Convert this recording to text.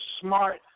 smart